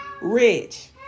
rich